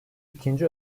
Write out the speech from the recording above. ikinci